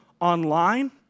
online